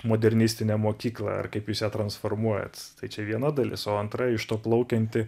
modernistinę mokyklą ar kaip jūs ją transformuojat tai čia viena dalis o antra iš to plaukianti